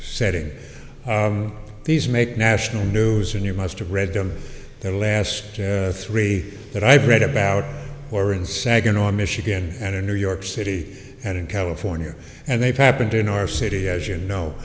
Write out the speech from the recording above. setting these make national news and you must read them the last three that i've read about or in saginaw michigan and in new york city and in california and they've happened in our city as you know